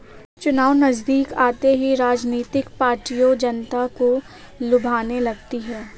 चुनाव नजदीक आते ही राजनीतिक पार्टियां जनता को लुभाने लगती है